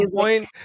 point